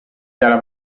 dalla